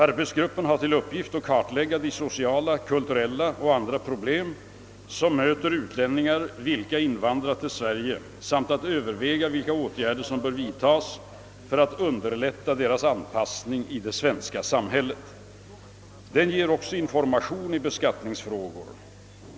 Arbetsgruppen har till uppgift att kartlägga de sociala, kulturella och andra problem som möter utlänningar vilka invandrat till Sverige samt att överväga vilka åtgärder som bör vidtas för att underlätta deras anpassning i det svenska samhället. Den ger också information i beskattningsfrågor.